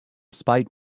spite